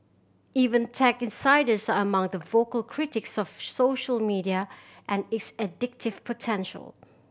even tech insiders are among the vocal critics of social media and its addictive potential